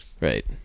right